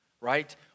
right